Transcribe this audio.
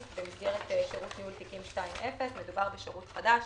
במסגרת שירות ניהול תיקים 2.0. מדובר בשירות חדש